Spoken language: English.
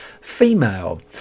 female